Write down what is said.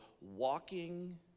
walking